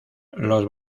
los